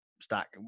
stack